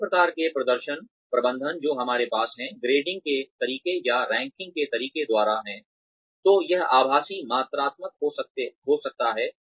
अन्य प्रकार के प्रदर्शन प्रबंधन जो हमारे पास हैं ग्रेडिंग के तरीके या रैंकिंग के तरीके द्वारा है तो यह आभासी मात्रात्मक हो सकता है